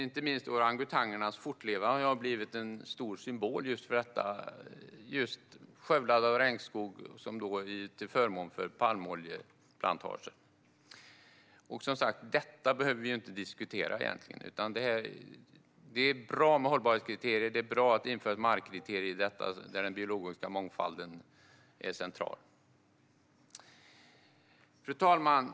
Inte minst orangutangernas fortlevnad har blivit en stor symbol för just detta skövlande av regnskog till förmån för palmoljeplantager. Detta behöver vi som sagt inte diskutera egentligen. Det är bra med hållbarhetskriterier, och det är bra att införa ett markkriterium där den biologiska mångfalden är central. Fru talman!